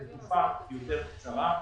שזו תקופה יותר קצרה.